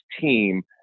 team –